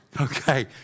Okay